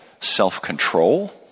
self-control